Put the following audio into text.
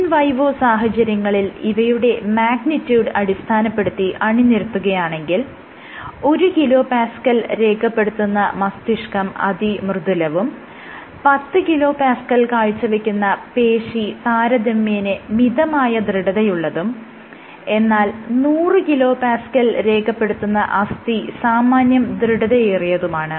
in vivo സാഹചര്യങ്ങളിൽ ഇവയുടെ magnitude അടിസ്ഥാനപ്പെടുത്തി അണിനിരത്തുകയാണെങ്കിൽ 1 kPa രേഖപ്പെടുത്തുന്ന മസ്തിഷ്കം അതിമൃദുലവും 10 kPa കാഴ്ചവെക്കുന്ന പേശി താരതമ്യേന മിതമായ ദൃഢതയുള്ളതും എന്നാൽ 100 kPa രേഖപ്പെടുത്തുന്ന അസ്ഥി സാമാന്യം ദൃഢതയേറിയതുമാണ്